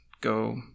go